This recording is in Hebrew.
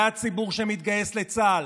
זה הציבור שמתגייס לצה"ל,